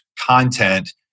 content